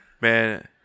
Man